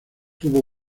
tuvo